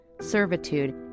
servitude